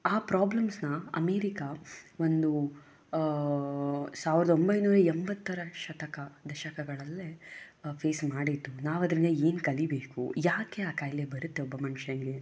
ಆ ಪ್ರಾಬ್ಲಮ್ಸ್ನ ಅಮೆರಿಕ ಒಂದು ಸಾವಿರದ ಒಂಬೈನೂರ ಎಂಬತ್ತರ ಶತಕ ದಶಕಗಳಲ್ಲೇ ಫೇಸ್ ಮಾಡಿತ್ತು ನಾವು ಅದರಿಂದ ಏನು ಕಲಿಬೇಕು ಯಾಕೆ ಆ ಖಾಯಿಲೆ ಬರುತ್ತೆ ಒಬ್ಬ ಮನುಷ್ಯನಿಗೆ